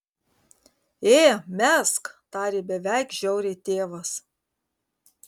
ė mesk tarė beveik žiauriai tėvas